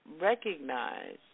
recognize